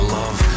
love